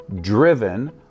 driven